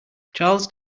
charles